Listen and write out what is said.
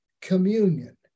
communion